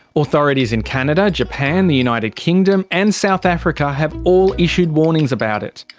authorities in canada, japan, the united kingdom and south africa have all issued warnings about it.